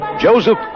Joseph